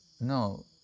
No